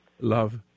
love